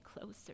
closer